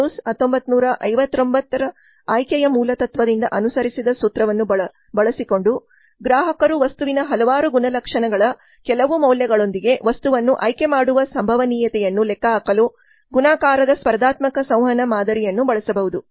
loose 1959 ಆಯ್ಕೆಯ ಮೂಲತತ್ವದಿಂದ ಅನುಸರಿಸಿದ ಸೂತ್ರವನ್ನು ಬಳಸಿಕೊಂಡುಗ್ರಾಹಕರು ವಸ್ತುವಿನ ಹಲವಾರು ಗುಣಲಕ್ಷಣಗಳ ಕೆಲವು ಮೌಲ್ಯಗಳೊಂದಿಗೆ ವಸ್ತುವನ್ನು ಆಯ್ಕೆ ಮಾಡುವ ಸಂಭವನೀಯತೆಯನ್ನು ಲೆಕ್ಕಹಾಕಲು ಗುಣಾಕಾರದ ಸ್ಪರ್ಧಾತ್ಮಕ ಸಂವಹನ ಮಾದರಿಯನ್ನು ಬಳಸಬಹುದು